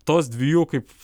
tos dviejų kaip